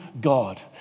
God